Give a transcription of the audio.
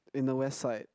in the west side